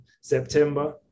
September